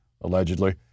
allegedly